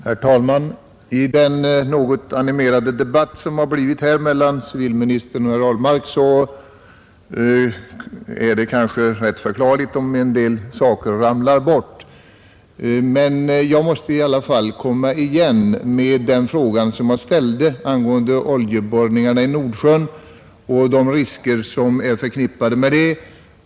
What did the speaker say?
Herr talman! I den något animerade debatt som förts här mellan civilministern och herr Ahlmark är det kanske rätt förklarligt om en del saker ramlar bort. Men jag måste i alla fall komma igen med den fråga som jag ställde angående oljeborrningarna i Nordsjön och de risker som är förknippade med dem.